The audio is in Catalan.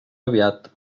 aviat